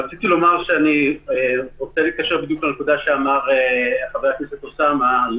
אני רוצה להתקשר בדיוק לנקודה שאמר חבר הכנסת אוסאמה סעדי,